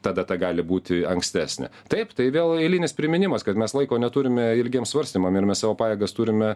ta data gali būti ankstesnė taip tai vėl eilinis priminimas kad mes laiko neturime ilgiem svarstymam ir mes savo pajėgas turime